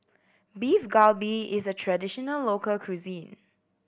Beef Galbi is a traditional local cuisine